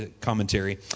Commentary